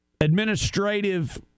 administrative